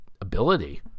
ability